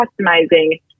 customizing